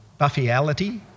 Buffiality